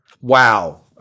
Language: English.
Wow